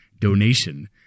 donation